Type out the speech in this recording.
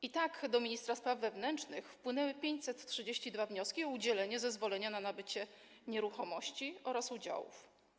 I tak do ministra spraw wewnętrznych wpłynęły 532 wnioski o udzielenie zezwolenia na nabycie nieruchomości oraz udziałów.